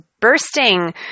bursting